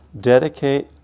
dedicate